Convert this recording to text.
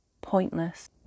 pointless